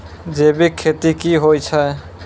जैविक खेती की होय छै?